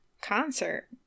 concert